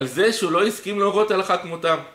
על זה שהוא לא הסכים להורות הלכה כמותם